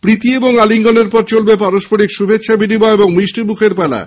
প্রীতি আলিঙ্গনের পর চলবে পারস্পরিক শুভেচ্ছা বিনিময় এবং মিষ্টি মুখের পালা